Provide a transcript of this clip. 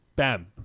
Bam